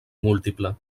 múltiple